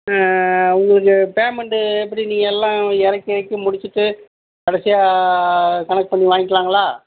உங்களுக்கு பேமெண்ட்டு எப்படி நீங்கள் எல்லாம் இறக்கி கிறக்கி முடிச்சுட்டு கடைசியாக கணக்கு பண்ணி வாங்கிக்கலாங்களா